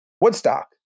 Woodstock